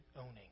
owning